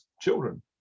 children